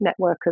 networkers